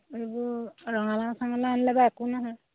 এইবোৰ ৰঙালাউ চঙালাউ আনিলে বাৰু একো নহয়